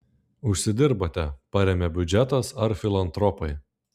užsidirbate paremia biudžetas ar filantropai